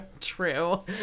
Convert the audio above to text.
true